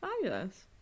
Fabulous